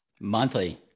monthly